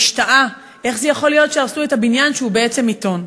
משתאה איך יכול להיות שהרסו את הבניין שהוא בעצם עיתון.